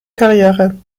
karriere